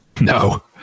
No